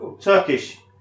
Turkish